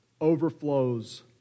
overflows